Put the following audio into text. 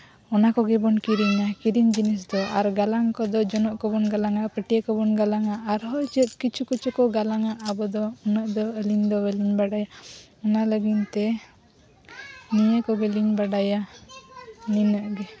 ᱚᱱᱟ ᱠᱚᱜᱮ ᱵᱚᱱ ᱠᱤᱨᱤᱧᱟ ᱠᱚᱨᱤᱧ ᱡᱤᱱᱤᱥ ᱫᱚ ᱟᱨ ᱜᱟᱞᱟᱝ ᱫᱚ ᱡᱚᱱᱚᱜ ᱠᱚᱵᱚᱱ ᱜᱟᱞᱟᱝᱟ ᱯᱟᱹᱴᱭᱟᱹ ᱠᱚᱵᱚᱱ ᱜᱟᱞᱟᱝᱟ ᱟᱨ ᱦᱚᱸ ᱪᱮᱫ ᱠᱤᱪᱷᱩ ᱠᱚᱪᱚ ᱠᱚ ᱜᱟᱞᱟᱝᱟ ᱟᱵᱚ ᱫᱚ ᱩᱱᱟᱹᱜ ᱫᱚ ᱟᱹᱞᱤᱧ ᱫᱚ ᱵᱟᱹᱞᱤᱧ ᱵᱟᱲᱟᱭᱟ ᱚᱱᱟ ᱞᱟᱹᱜᱤᱫ ᱛᱮ ᱱᱤᱭᱟᱹ ᱠᱚᱜᱮᱞᱤᱧ ᱵᱟᱲᱟᱭᱟ ᱱᱤᱱᱟᱹᱜ ᱜᱮ